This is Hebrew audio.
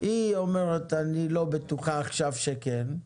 היא אומרת אני לא בטוח עכשיו שכן,